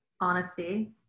honesty